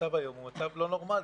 המצב היום הוא מצב לא נורמלי.